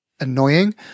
annoying